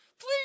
Please